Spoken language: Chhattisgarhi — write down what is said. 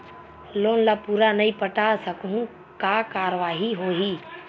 लोन ला पूरा नई पटा सकहुं का कारवाही होही?